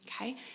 Okay